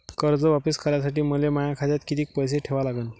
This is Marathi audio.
कर्ज वापिस करासाठी मले माया खात्यात कितीक पैसे ठेवा लागन?